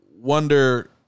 Wonder